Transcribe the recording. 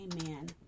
Amen